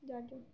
যত